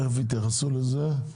תיכף יתייחסו לזה.